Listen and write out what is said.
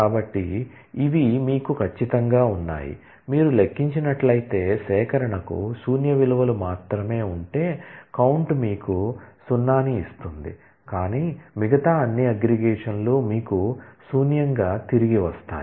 కాబట్టి ఇవి మీకు ఖచ్చితంగా ఉన్నాయి మీరు లెక్కించినట్లయితే సేకరణకు శూన్య విలువలు మాత్రమే ఉంటే కౌంట్ మీకు 0 ఇస్తుంది కానీ మిగతా అన్ని అగ్రిగేషన్ లు మీకు శూన్యంగా తిరిగి వస్తాయి